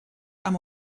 amb